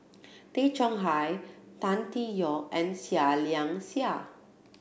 Tay Chong Hai Tan Tee Yoke and Seah Liang Seah